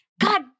god